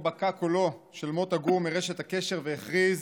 בקע קולו של מוטה גור מרשת הקשר והכריז: